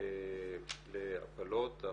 להפלות.